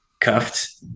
Cuffed